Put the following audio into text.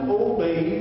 obey